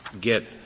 get —